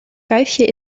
kuifje